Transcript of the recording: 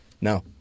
No